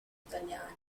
italiani